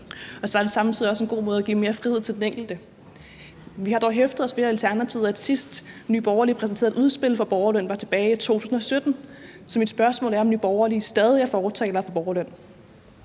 og samtidig er det også en god måde at give mere frihed til den enkelte på. Vi har dog i Alternativet hæftet os ved, at sidst Nye Borgerlige præsenterede et udspil for borgerløn, var tilbage i 2017, så mit spørgsmål er, om Nye Borgerlige stadig er fortaler for borgerløn.